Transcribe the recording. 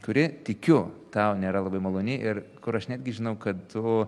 kuri tikiu tau nėra labai maloni ir kur aš netgi žinau kad tu